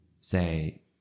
say